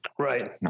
Right